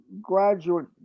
graduate